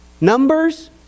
numbers